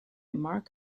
mark